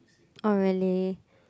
oh really